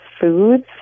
foods